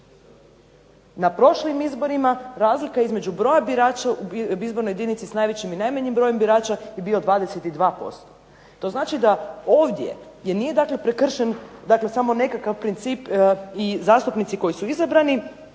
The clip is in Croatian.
Na prošlim izborima razlika između broja birača u izbornoj jedinici s najvećim i najmanjim brojem birača je bio 22%. To znači da ovdje gdje nije dakle prekršen samo nekakav princip i zastupnici koji su izabrani